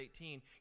18